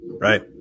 Right